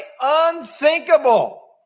Unthinkable